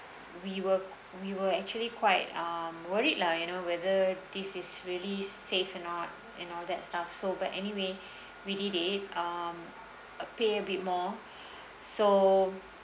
we were we were actually quite um worried lah you know whether this is really safe or not and all that stuff so but anyway we did it um uh paid a bit more so